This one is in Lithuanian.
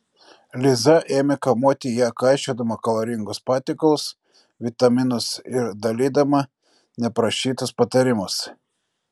liza ėmė kamuoti ją kaišiodama kaloringus patiekalus vitaminus ir dalydama neprašytus patarimus